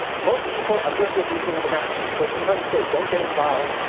most people are guilty of the evil of inaction, because your mother said, don't get involved.